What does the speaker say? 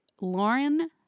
Lauren